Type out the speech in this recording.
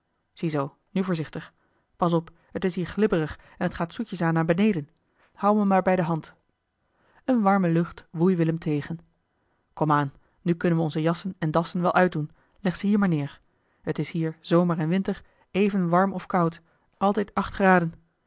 ziezoo nu voorzichtig pas op het is hier glibberig en t gaat zoetjes aan naar beneden houd me maar bij de hand eli heimans willem roda eene warme lucht woei willem tegen kom aan nu kunnen we onze jassen en dassen wel uitdoen leg ze hier maar neer het is hier zomer en winter even warm of koud altijd